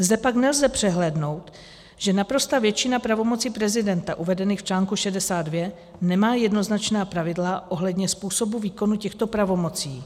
Zde pak nelze přehlédnout, že naprostá většina pravomocí prezidenta uvedených v článku 62 nemá jednoznačná pravidla ohledně způsobu výkonu těchto pravomocí.